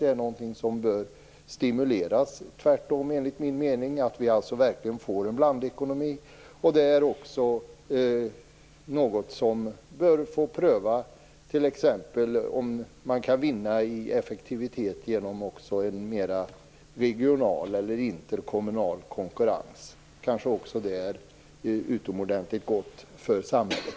Det är tvärtom något som enligt min mening bör stimuleras, så att vi verkligen får en blandekonomi. Det är också något som bör få prövas, t.ex. om man kan vinna i effektivitet genom en mer regional eller interkommunal konkurrens. Det kanske också är utomordentligt gott för samhället.